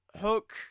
Hook